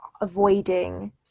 avoiding